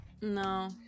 No